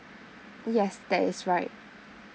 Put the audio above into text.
yes that is right